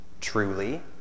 truly